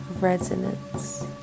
resonance